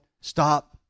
stop